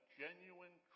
genuine